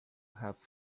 have